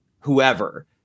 whoever